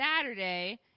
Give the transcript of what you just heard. Saturday